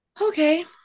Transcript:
Okay